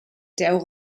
der